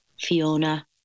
Fiona